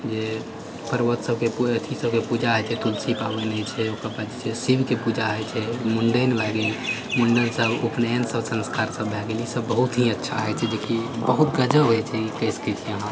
जे पर्वत सभके पू अथि सभके पूजा होइ छै तुलसी पाबनि होइ छै ओकर बाद जे छै शिवके पूजा होइ छै मुण्डन भए गेल मुण्डन सभ उपनयन सभ सन्स्कार सभ भए गेल ई सभ बहुत ही अच्छा होइ छै जे कि बहुत गजब होइ छै ई कहि सकै छी अहाँ